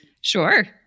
Sure